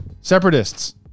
separatists